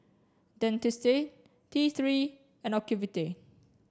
dentiste T three and Ocuvite